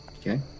Okay